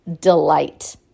Delight